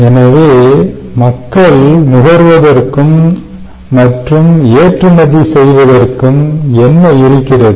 எனவே மக்கள் நுகர்வதற்கும் மற்றும் ஏற்றுமதி செய்வதற்கும் என்ன இருக்கிறது